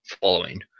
following